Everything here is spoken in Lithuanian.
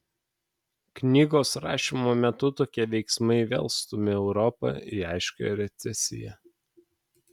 knygos rašymo metu tokie veiksmai vėl stumia europą į aiškią recesiją